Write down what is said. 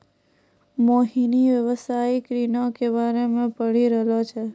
मोहिनी व्यवसायिक ऋणो के बारे मे पढ़ि रहलो छै